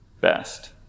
best